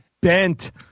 bent